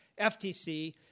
FTC